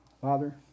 Father